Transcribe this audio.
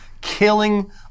killing